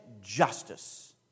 justice